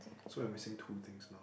so I'm missing two things now